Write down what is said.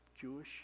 Jewish